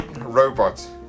robot